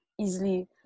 easily